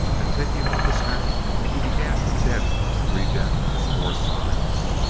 and taking off his hat he began to dent and re-dent its four sides.